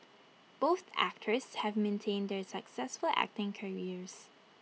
both actors have maintained their successful acting careers